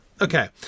Okay